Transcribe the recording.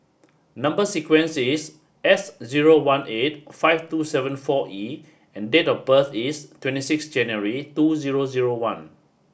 number sequence is S zero one eight five two seven four E and date of birth is twenty six January two zero zero one